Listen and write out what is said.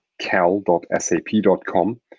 cal.sap.com